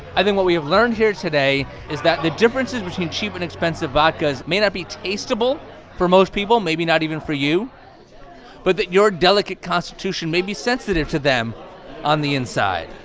i think what we have learned here today is that the differences between cheap and expensive vodkas may not be taste-able for most people maybe not even for you but that your delicate constitution may be sensitive to them on the inside